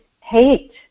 hate